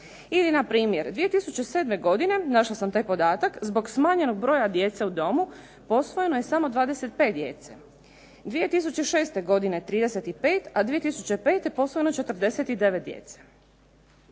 Ili na primjer, 2007. godine našla sam taj podatak zbog smanjenog broja djece u domu posvojeno je samo 25 djece, 2006. godine 35, a 2005. posvojeno je 49 djece.